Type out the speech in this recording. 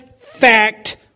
fact